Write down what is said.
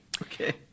Okay